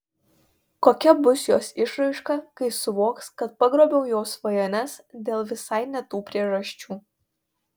kokia bus jos išraiška kai suvoks kad pagrobiau jos svajones dėl visai ne tų priežasčių